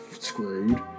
screwed